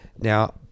Now